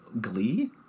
Glee